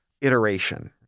iteration